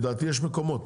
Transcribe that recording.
לדעתי יש מקומות,